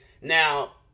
now